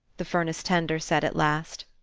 the furnace-tender said at last.